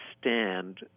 stand